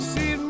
See